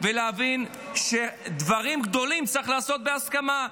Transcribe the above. ולהבין שדברים גדולים צריך לעשות בהסכמה.